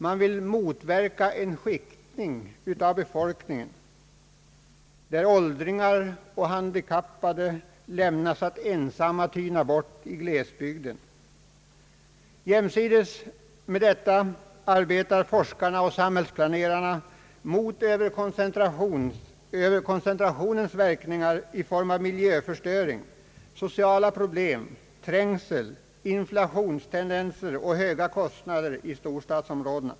Man vill motverka en skiktning av befolkningen som innebär att åldringar och handikappade lämnas att ensamma tyna bort i glesbygden. Jämsides med detta arbetar forskarna och samhällsplane rarna mot överkoncentrationens verkningar i form av miljöförstöring, sociala problem, trängsel, inflationstendenser och höga kostnader i storstadsområdena.